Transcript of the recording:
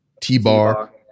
T-Bar